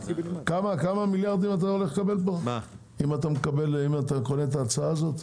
כמה מיליארדים אתה מקבל פה אם אתה קונה את ההצעה הזאת?